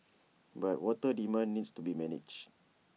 but water demand needs to be managed